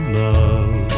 love